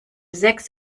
sechs